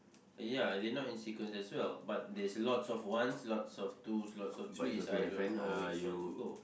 ya they not in sequence as well but there's lots of ones lots of twos lots of threes I don't know which one to go